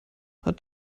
hat